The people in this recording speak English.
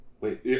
Wait